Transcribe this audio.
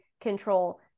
control